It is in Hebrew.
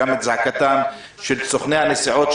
גם את זעקתם של סוכני הנסיעות.